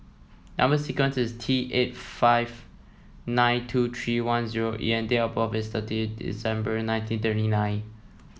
number sequence is T eight five nine two three one zero E and date of birth is thirteen December nineteen thirty nine